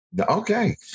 okay